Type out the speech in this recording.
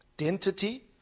identity